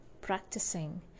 practicing